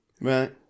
Right